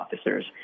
officers